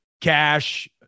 cash